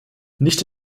nicht